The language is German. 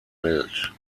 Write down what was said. welt